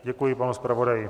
Děkuji panu zpravodaji.